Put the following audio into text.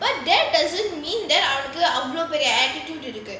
but that doesn't mean அவனுக்கு அவ்ளோ பெரிய:avanukku avlo periya attitude இருக்கு:irukku